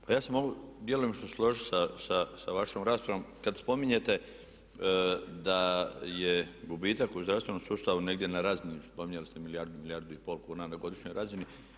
Pa ja se mogu djelomično složiti sa vašom raspravom kad spominjete da je gubitak u zdravstvenom sustavu negdje na razini spominjali ste milijardu, milijardu i pol kuna na godišnjoj razini.